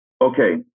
Okay